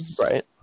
right